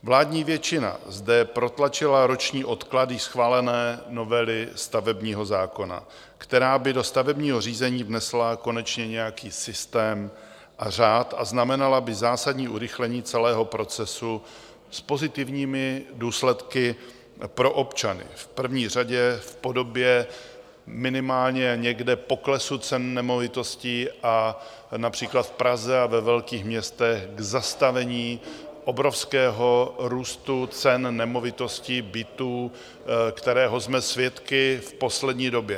Vládní většina zde protlačila roční odklad již schválené novely stavebního zákona, která by do stavebního řízení vnesla konečně nějaký systém a řád a znamenala by zásadní urychlení celého procesu s pozitivními důsledky pro občany, v první řadě v podobě minimálně někde poklesu cen nemovitostí a například v Praze a ve velkých městech k zastavení obrovského růstu cen nemovitostí, bytů, kterého jsme svědky v poslední době.